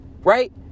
Right